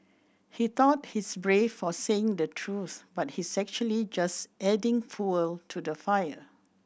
he thought he's brave for saying the truth but he's actually just adding fuel to the fire